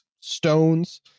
stones